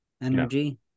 Energy